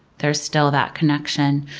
there's still that connection.